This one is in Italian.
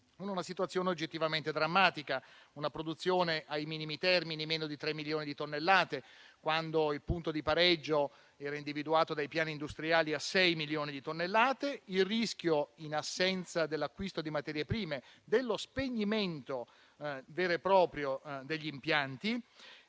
una situazione oggettivamente drammatica, che vede la produzione ai minimi termini (meno di tre milioni di tonnellate, quando il punto di pareggio era individuato dai piani industriali a sei milioni di tonnellate). Vi è inoltre il rischio, in assenza dell'acquisto di materie prime, dello spegnimento vero e proprio degli impianti;